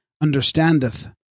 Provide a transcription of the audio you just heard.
understandeth